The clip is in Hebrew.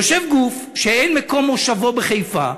יושב גוף שמקום מושבו אינו בחיפה,